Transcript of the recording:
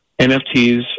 NFTs